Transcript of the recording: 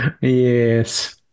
Yes